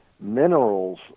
Minerals